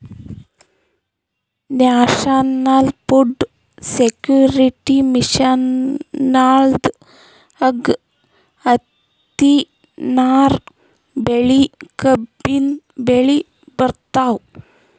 national food security ಮಿಷನ್ದಾಗ್ ಹತ್ತಿ, ನಾರ್ ಬೆಳಿ, ಕಬ್ಬಿನ್ ಬೆಳಿ ಬರ್ತವ್